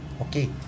okay